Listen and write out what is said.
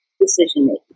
decision-making